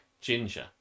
ginger